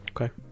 Okay